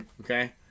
Okay